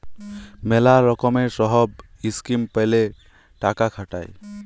ম্যালা লকমের সহব ইসকিম প্যালে টাকা খাটায়